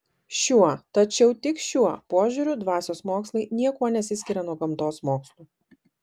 šiuo tačiau tik šiuo požiūriu dvasios mokslai niekuo nesiskiria nuo gamtos mokslų